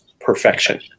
perfection